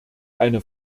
eine